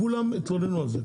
כולם התלוננו על זה.